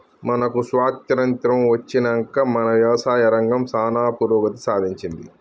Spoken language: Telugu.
మనకు స్వాతంత్య్రం అచ్చినంక మన యవసాయ రంగం సానా పురోగతి సాధించింది